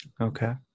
Okay